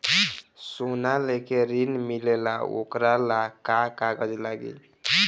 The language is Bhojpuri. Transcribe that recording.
सोना लेके ऋण मिलेला वोकरा ला का कागज लागी?